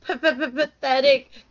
pathetic